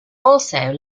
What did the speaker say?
also